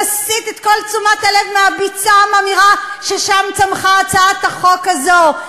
נסיט את כל תשומת הלב מהביצה הממאירה ששם צמחה הצעת החוק הזו,